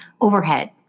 overhead